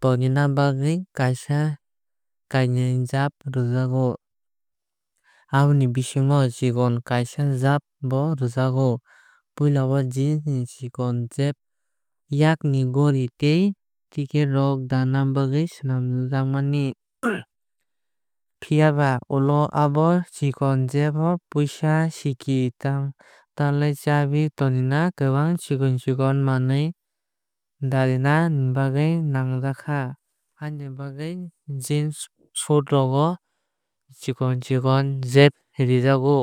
tonina bagwi kaaisaa kainui jab rwjago. Aboni bisingo chikon kaaisa jab bo rwjago. Puila o Jeans ni chikon jab o yakni gori tei ticket rok dana bagwi swlamjag mani. Phiaba ulo abo hai chikon jab o puisa sikki taalaani chabi tei kwbangma chikon chiokn manwui dalaina nangjakha. Aboni bagwui jeans sut rogo chikon chikon jab rwjago.